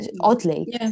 oddly